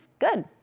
good